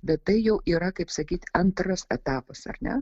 bet tai jau yra kaip sakyt antras etapas ar ne